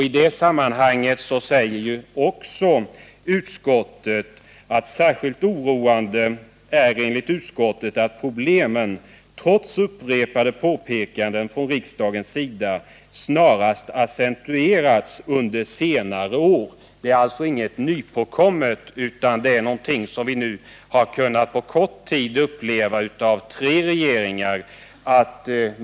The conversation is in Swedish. I det sammanhanget säger utskottet också: ”Särskilt oroande är det enligt utskottet att problemen, trots upprepade påpekanden från riksdagens sida, snarast accentuerats under senare år.” Det är alltså ingenting nypåkommet, utan det är vad vi nu på kort tid har kunnat uppleva att tre regeringar gjort.